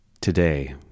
today